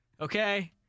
Okay